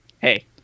hey